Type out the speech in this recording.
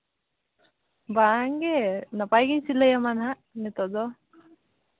ᱵᱟᱝ ᱜᱮ ᱱᱟᱯᱟᱭ ᱜᱤᱧ ᱥᱤᱞᱟᱹᱭ ᱟᱢᱟ ᱦᱟᱸᱜ ᱱᱤᱛᱚᱜ ᱫᱚ